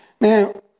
Now